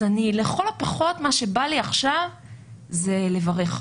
אז לכל הפחות, מה שבא לי עכשיו זה לברך.